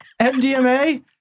MDMA